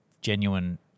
genuine